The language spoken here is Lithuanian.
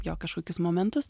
jo kažkokius momentus